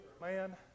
man